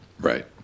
Right